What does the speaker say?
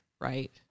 right